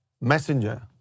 messenger